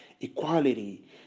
equality